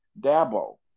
Dabo